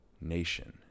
nation